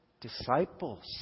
disciples